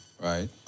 Right